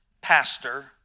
pastor